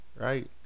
Right